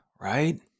right